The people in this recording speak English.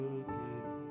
again